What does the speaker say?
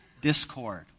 discord